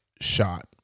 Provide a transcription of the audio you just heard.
shot